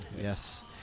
Yes